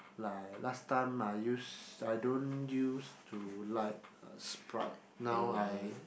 like last time I use I don't use to like Sprite now I